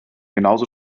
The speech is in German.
genauso